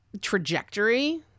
trajectory